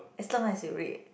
as long as you read